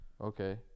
Okay